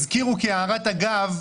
הזכירו כהערת אגב,